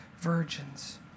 virgins